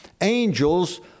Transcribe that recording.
angels